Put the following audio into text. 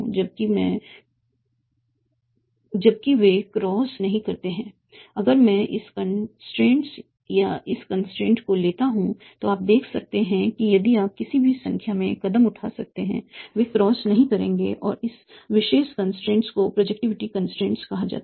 जबकि वे क्रॉस नहीं करते हैं अगर मैं इस कंस्ट्रेंट या इस कंस्ट्रेंट को लेता हूं और आप देख सकते हैं कि यदि आप किसी भी संख्या में कदम उठा सकते हैं वे क्रॉस नहीं करेंगे और इस विशेष कंस्ट्रेंट को प्रोजेक्टिविटी कंस्ट्रेंट कहा जाता है